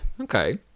Okay